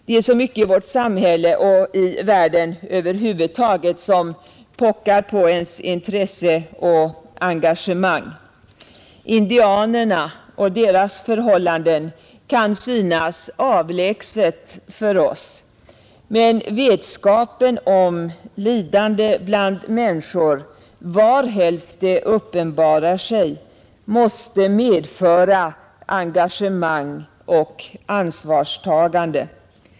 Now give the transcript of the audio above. Det är så mycket i vårt samhälle och i världen över huvud taget som pockar på ens intresse och engagemang. Indianernas förhållanden kan synas avlägsna för oss, men vetskapen om lidande bland människor, varhelst det uppenbarar sig, måste medföra engagemang och ansvarstagande.